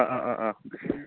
ആ ആ ആ ആ